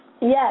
Yes